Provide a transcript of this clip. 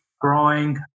growing